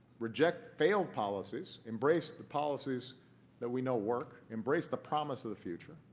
reject failed policies. embrace the policies that we know work. embrace the promise of the future.